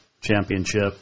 Championship